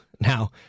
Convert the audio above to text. Now